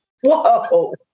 Whoa